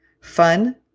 fun